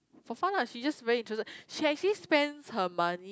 for fun lah she just very interested she actually spends her money